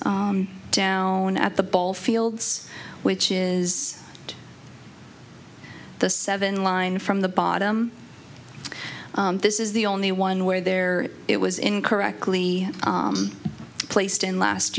down at the ball fields which is the seven line from the bottom this is the only one where there it was incorrectly placed in la